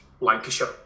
lancashire